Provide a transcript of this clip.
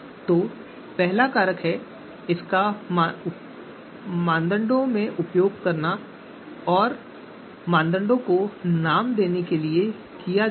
तो पहला कारक है और इसका उपयोग मापदंडों को नाम देने के लिए किया जा रहा है